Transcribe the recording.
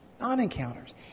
non-encounters